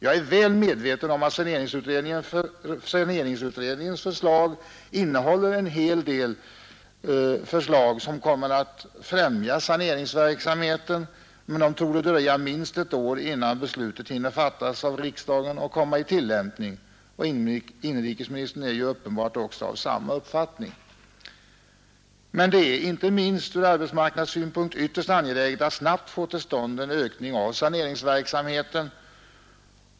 Jag är väl medveten om att saneringsutredningens betänkande innehåller en hel del förslag som kommer att främja saneringsverksamheten, men det torde dröja minst ett år innan beslut hinner fattas av riksdagen och träda i tillämpning. Inrikesministern är uppenbarligen av samma uppfattning. Det är emellertid inte minst ur arbetsmarknadssynpunkt ytterst angeläget att snabbt få till stånd en ökning av saneringsverksamheten.